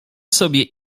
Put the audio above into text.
sobie